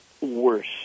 worse